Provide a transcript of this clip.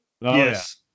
yes